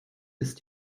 ist